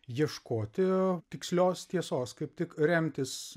ieškoti tikslios tiesos kaip tik remtis